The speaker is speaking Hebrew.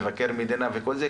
מבקר מדינה וכל זה,